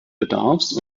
bedarfs